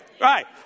right